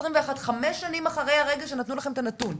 חמש שנים אחרי הרגע שנתנו לכם את הנתון.